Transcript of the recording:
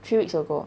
three weeks ago